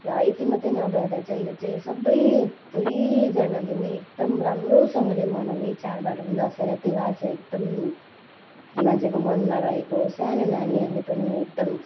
र यति मात्र नभएर चाहिँ यो चाहिँ सबजनाले नै एकदम राम्रोसँगले मनाउने चाडबाड हो दसैँ र तिहार चाहिँ एकदम मान्छेको मनमा रहेको सानो नानीहरूले पनि एकदम